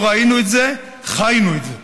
לא ראינו את זה, חיינו את זה.